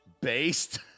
based